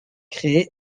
créé